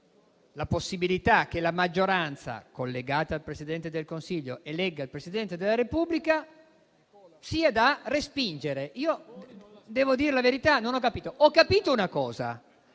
la possibilità che la maggioranza collegata al Presidente del Consiglio elegga il Presidente della Repubblica, sia da respingere. Devo dire la verità, non ho capito. Ho capito una cosa: